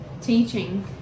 teaching